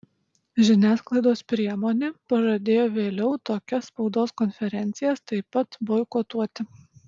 žiniasklaidos priemonė pažadėjo vėliau tokias spaudos konferencijas taip pat boikotuoti